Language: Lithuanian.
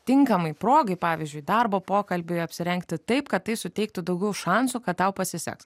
tinkamai progai pavyzdžiui darbo pokalbiui apsirengti taip kad tai suteiktų daugiau šansų kad tau pasiseks